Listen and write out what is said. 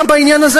גם בעניין הזה,